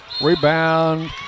Rebound